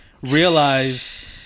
realize